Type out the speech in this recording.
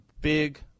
big